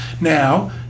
Now